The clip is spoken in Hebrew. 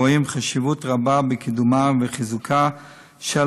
רואים חשיבות רבה בקידומה ובחיזוקה של